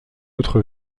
autre